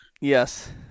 Yes